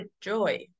joy